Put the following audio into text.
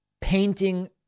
painting